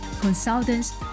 consultants